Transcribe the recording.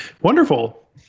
wonderful